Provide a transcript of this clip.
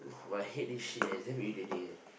I hate this shit eh it's damn irritating eh